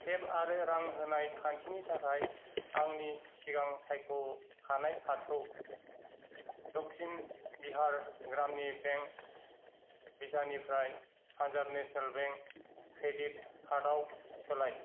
tape आरो रां होनाय खान्थिनि थाखाय आंनि सिगां सायख' खानाय कार्डखौ दक्सिन बिहार ग्रामिन बेंक भिजानिफ्राय पान्जाब नेसनेल बेंक क्रेडिट कार्डआव सोलाय